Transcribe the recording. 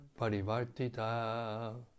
parivartita